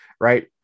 right